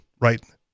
Right